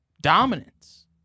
Dominance